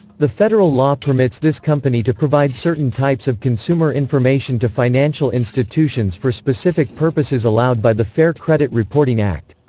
the federal law permits this company to provide certain types of consumer information to financial institutions for specific purposes allowed by the fair credit reporting act.